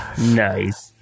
Nice